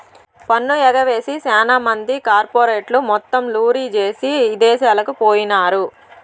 పన్ను ఎగవేసి సాన మంది కార్పెరేట్లు మొత్తం లూరీ జేసీ ఇదేశాలకు పోయినారు